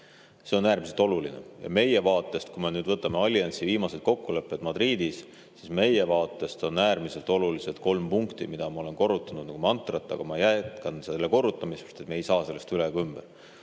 See on äärmiselt oluline. Meie vaatest, kui me nüüd võtame alliansi viimased kokkulepped Madridis, on äärmiselt olulised kolm punkti, mida ma olen korrutanud nagu mantrat, aga ma jätkan selle korrutamist, sest me ei saa sellest üle ega